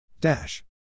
dash